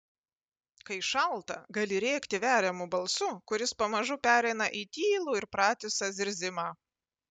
kai šalta gali rėkti veriamu balsu kuris pamažu pereina į tylų ir pratisą zirzimą